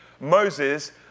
Moses